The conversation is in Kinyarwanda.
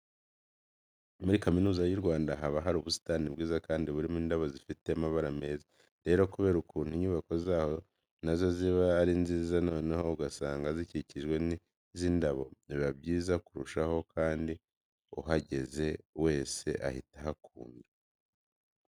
Muri Kaminuza y'u Rwanda haba hari ubusitani bwiza kandi burimo n'indabo zifite amabara meza. Rero kubera ukuntu inyubako zaho na zo ziba ari nziza noneho ugasanga zikikijwe n'izi ndabo, biba byiza kurushaho kandi uhageze wese ahita ahakunda.